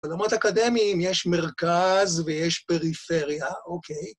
בעולמות אקדמיים יש מרכז ויש פריפריה, אוקיי.